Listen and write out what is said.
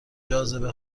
جاذبه